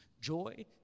joy